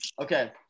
Okay